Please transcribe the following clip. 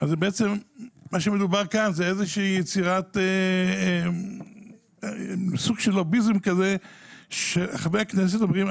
אז בעצם מה שמדובר כאן זה יצירת סוג של לוביזם כזה שחברי הכנסת אומרים,